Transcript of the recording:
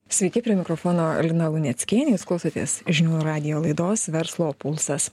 sveiki prie mikrofono lina luneckienė jūs klausotės žinių radijo laidos verslo pulsas